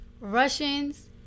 Russians